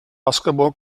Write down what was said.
basketball